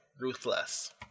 Ruthless